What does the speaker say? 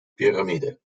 piramide